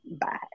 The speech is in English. Bye